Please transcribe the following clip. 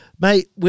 Mate